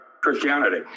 Christianity